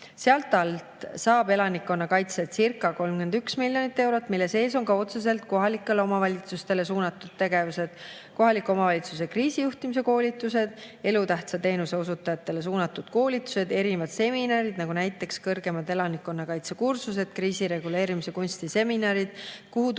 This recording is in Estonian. Sealt alt saab elanikkonnakaitsecirca31 miljonit eurot, mille sees on ka otseselt kohalikele omavalitsustele suunatud tegevused, kohaliku omavalitsuse kriisijuhtimise koolitused, elutähtsa teenuse osutajatele suunatud koolitused, erinevad seminarid, näiteks kõrgemad elanikkonnakaitse kursused, kriisireguleerimise kunsti seminarid, kuhu